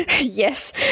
Yes